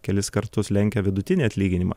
kelis kartus lenkia vidutinį atlyginimą